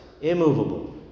immovable